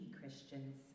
Christians